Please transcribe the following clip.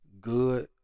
Good